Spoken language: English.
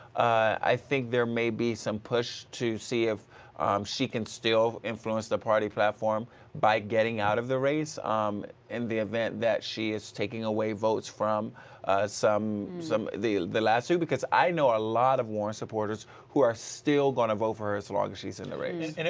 i think there may be some push to see if she can still influence the party platform by getting out of the race and um in the event that she is taking away votes from some some the the last two because i know a lot of warned supporters were still going to vote for her as long as she is in the race. and